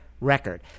record